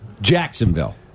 Jacksonville